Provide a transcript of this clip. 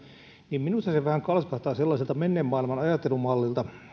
niin minusta se vähän kalskahtaa sellaiselta menneen maailman ajattelumallilta